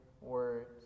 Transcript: words